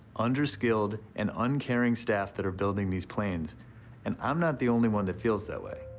under-skilled and uncaring staff that are building these planes and i'm not the only one that feels that way.